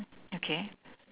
okay